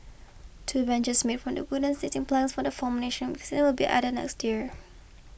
two benches made from the wooden seating planks from the former National Stadium will be added next year